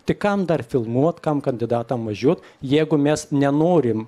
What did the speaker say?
tai kam dar filmuot kam kandidatam važiuot jeigu mes nenorim